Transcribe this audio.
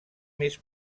més